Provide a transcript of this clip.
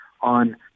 on